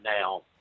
now